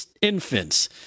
infants